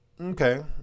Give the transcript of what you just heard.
Okay